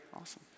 awesome